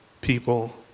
people